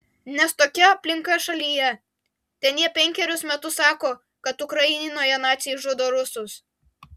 nes tokia aplinka šalyje ten jie penkerius metus sako kad ukrainoje naciai žudo rusus